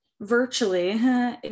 virtually